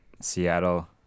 Seattle